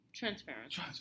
Transparency